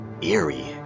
Eerie